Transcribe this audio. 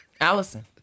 Allison